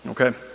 Okay